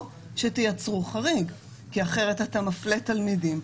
שתייצרו חריג כי אחרת אתה מפלה תלמידים.